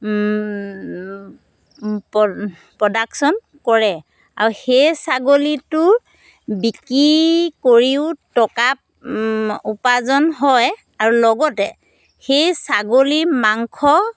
production কৰে আৰু সেই ছাগলীটো বিক্ৰী কৰিও টকা উপাৰ্জন হয় আৰু লগতে সেই ছাগলী মাংস